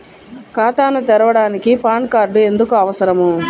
ఖాతాను తెరవడానికి PAN card ఎందుకు అవసరము?